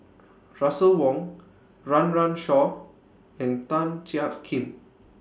Russel Wong Run Run Shaw and Tan Jiak Kim